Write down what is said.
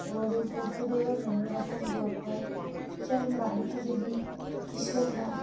আমাদের পশুদেরও নানা রকম রোগ হয় যেমন বাড়িতে যদি কৃষকরা